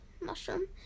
Mushroom